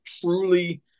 truly